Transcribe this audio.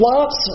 Lots